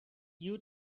you